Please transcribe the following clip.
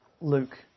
Luke